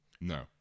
no